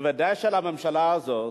בוודאי של הממשלה הזאת,